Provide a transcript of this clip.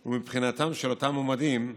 הוא מבחינתם של אותם מועמדים זמני,